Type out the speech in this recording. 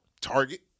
Target